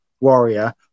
Warrior